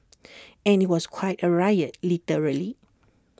and IT was quite A riot literally